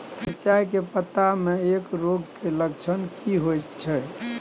मिर्चाय के पत्ता में कवक रोग के लक्षण की होयत छै?